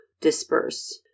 disperse